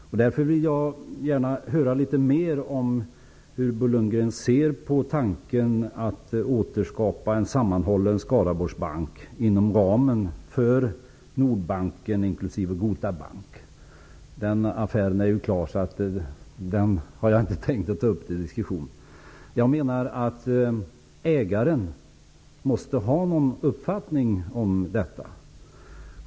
Därför vill jag gärna höra litet mera om hur Bo Lundgren ser på tanken att återskapa en sammanhållen skaraborgsbank inom ramen för Nordbanken inklusive Gota Bank. Den affären är ju klar, så den hade jag inte tänkt att ta upp till diskussion. Men ägaren måste ha någon uppfattning om detta.